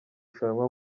rushanwa